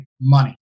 money